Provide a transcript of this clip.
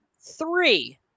Three